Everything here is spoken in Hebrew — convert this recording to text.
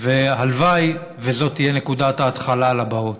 והלוואי שזאת תהיה נקודת ההתחלה לבאות.